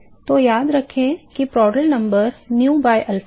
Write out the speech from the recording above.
तो याद रखें कि Prandtl number nu by alpha है